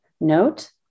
note